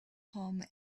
home